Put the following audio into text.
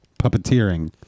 puppeteering